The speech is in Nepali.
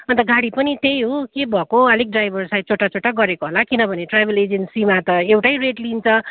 अन्त गाडी पनि त्यही हो के भएको अलिक ड्राइभर सायद चोट्टाचोट्टा गरेको होला किनभने ट्राभल एजेन्सीमा त एउटै रेट लिन्छ